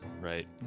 Right